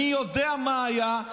אני יודע מה היה,